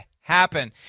happen